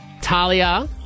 Talia